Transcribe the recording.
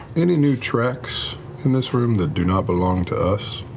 any new tracks in this room that do not belong to us?